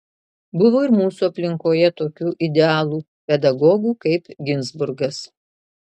buvo ir mūsų aplinkoje tokių idealų pedagogų kaip ginzburgas